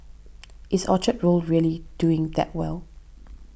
is Orchard Road really doing that well